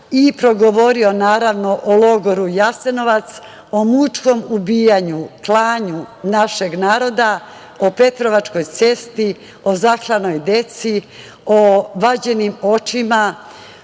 i progovorio, naravno o logoru Jasenovac, o mučkom ubijanju, klanju našeg naroda, o „Petrovačkoj cesti“, o zaklanoj deci, o vađenim očima